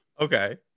Okay